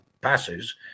passes